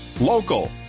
local